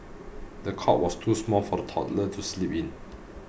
the cot was too small for the toddler to sleep in